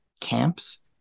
camps